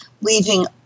leaving